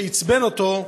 שעצבן אותו,